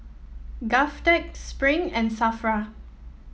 Govtech Spring and Safra